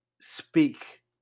speak